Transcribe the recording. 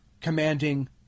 commanding